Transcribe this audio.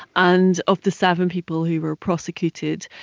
and of the seven people who were prosecuted,